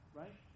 right